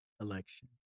election